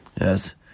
Yes